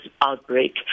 outbreak